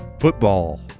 football